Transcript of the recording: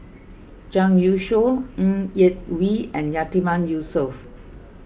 Zhang Youshuo Ng Yak Whee and Yatiman Yusof